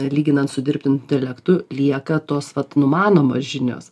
lyginant su dirbtiniu intelektu lieka tos vat numanomos žinios